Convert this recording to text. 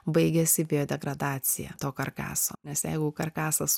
baigiasi biodegradacija to karkaso nes jeigu karkasas